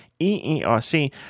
EERC